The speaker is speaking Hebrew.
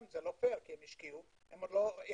זה לא הוגן, כי הם השקיעו, הם עוד לא החזירו